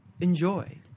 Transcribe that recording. enjoy